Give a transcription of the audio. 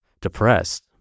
depressed